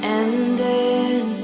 ending